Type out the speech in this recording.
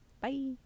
Bye